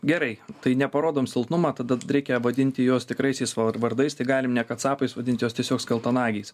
gerai tai neparodom silpnumą tada reikia vadinti juos tikraisiais vardais tik galim ne katsapais vadint juos tiesiog skeltanagiais